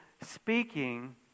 speaking